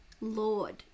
lord